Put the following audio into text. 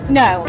no